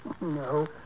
No